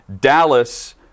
Dallas